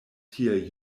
tiel